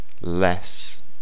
less